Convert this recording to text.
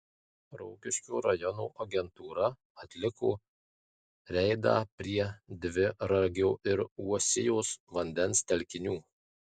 rokiškio rajono agentūra atliko reidą prie dviragio ir uosijos vandens telkinių